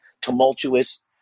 tumultuous